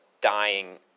dying